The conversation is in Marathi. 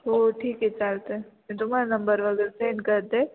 हो ठीक आहे चालतं आहे मी तुम्हाला नंबर वगैरे सेंड करते